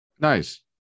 Nice